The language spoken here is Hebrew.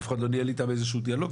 אף אחד לא ניהל איתם איזה שהוא דיאלוג.